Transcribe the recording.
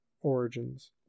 origins